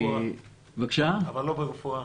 אבל לא ברפואה.